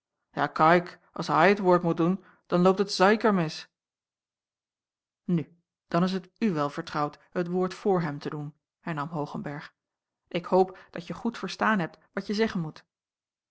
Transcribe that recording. ja kaik als hai het woord mot doen dan loopt het zaiker mis nu dan is het u wel vertrouwd het woord voor hem te doen hernam hoogenberg ik hoop dat je goed verstaan hebt watje zeggen moet